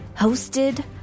hosted